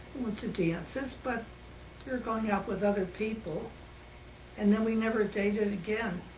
went to dances. but we were going out with other people and then we never dated again